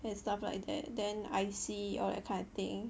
and stuff like that then I_C all that kind of thing